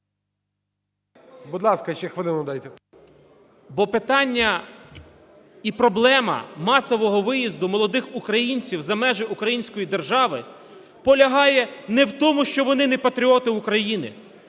Будь ласка, ще хвилину дайте. КРУЛЬКО І.І. Бо питання і проблема масового виїзду молодих українців за межі української держави полягає не в тому, що вони не патріоти України,